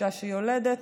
אישה שיולדת,